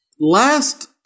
Last